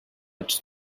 ets